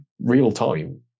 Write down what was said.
real-time